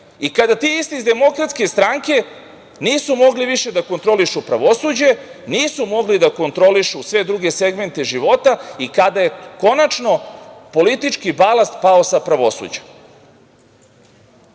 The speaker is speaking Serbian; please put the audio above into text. i kada ti isti iz DS nisu mogli više da kontrolišu pravosuđe, nisu mogli da kontrolišu sve druge segmente života i kada je konačno politički balast pao sa pravosuđa. Takođe